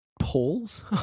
polls